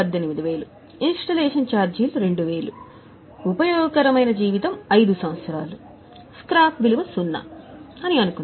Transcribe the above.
18000 installation ఛార్జీలు 2000 ఉపయోగకరమైన జీవితం 5 సంవత్సరాలు స్క్రాప్ విలువ 0 అని మనము అనుకుంటాము